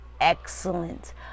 excellent